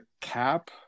cap